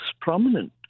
prominent